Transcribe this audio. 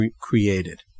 created